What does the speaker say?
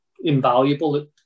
invaluable